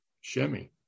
Shemmy